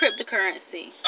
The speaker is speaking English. cryptocurrency